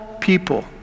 people